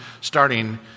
starting